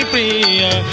Priya